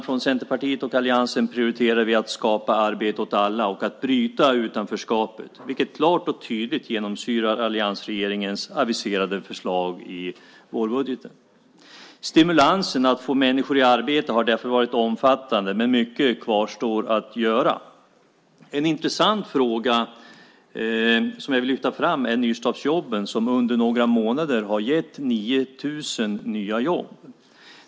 Från Centerpartiet och alliansen prioriterar vi att skapa arbete åt alla och att bryta utanförskapet, vilket klart och tydligt genomsyrar alliansregeringens aviserade förslag i vårbudgeten. Stimulanserna för att få människor i arbete har därför varit omfattande, men mycket kvarstår att göra. En intressant fråga, som jag vill lyfta fram, är nystartsjobben, som under några månader har gett 9 000 nya jobb.